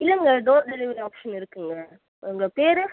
இல்லைங்க door delivery option இருக்குங்க உங்கள் பேர்